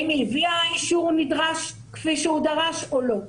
האם היא הביאה אישור נדרש כפי שהוא דרש או לא?